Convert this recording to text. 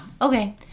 Okay